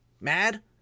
mad